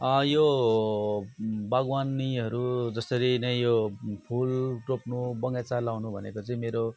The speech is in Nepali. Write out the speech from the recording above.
यो बागवानीहरू जसरी नै यो फुल रोप्नु बगैँचा लगाउनु भनेको चाहिँ मेरो